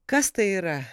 kas tai yra